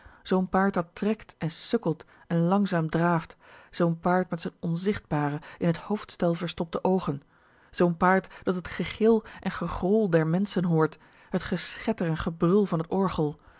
zoo'n paard dat trekt en sukkelt en langzaam draaft zoo'n paard met z'n onzichtbare in het hoofdstel verstopte oogen zoo'n paard dat het gegil en gegrol der menschen hoort het geschetter en gebrul van t orgel